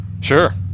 Sure